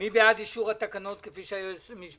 מי בעד אישור התקנות, כפי שהוקראו?